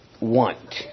want